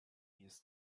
jest